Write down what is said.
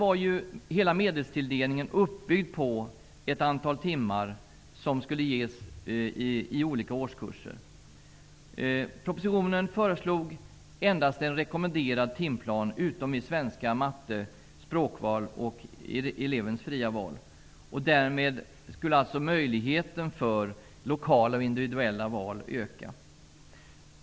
Förut var hela medelstilldelningen uppbyggd på ett antal timmar som skulle ges i olika årskurser. Propositionen föreslog endast en rekommenderad timplan utom i svenska, matte, språkval och elevens fria val. Därmed skulle möjligheten för lokala och individuella val öka.